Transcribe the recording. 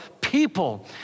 people